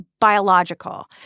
biological